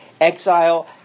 exile